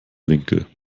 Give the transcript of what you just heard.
winkel